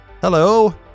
Hello